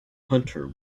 hunter